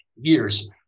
years